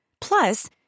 Plus